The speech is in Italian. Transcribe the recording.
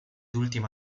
ultima